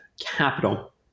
capital